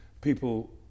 people